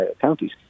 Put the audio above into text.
counties